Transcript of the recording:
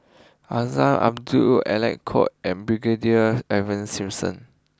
Azman Abdullah Alec Kuok and Brigadier Ivan Simson